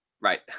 Right